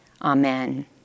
Amen